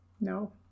No